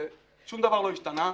ושום דבר לא השתנה.